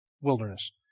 wilderness